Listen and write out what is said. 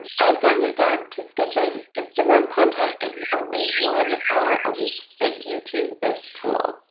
i've gotten it down to scheduling instagram content in only one hour a week thank you to this tool.